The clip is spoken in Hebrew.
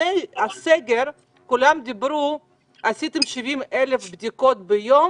לפני הסגר עשיתם 70,000 בדיקות ביום